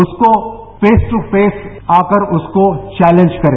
उसको फेस ट्र फेस आकर उसको चेलेंज करें